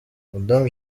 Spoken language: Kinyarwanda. madame